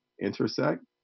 intersect